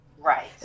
Right